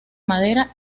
manera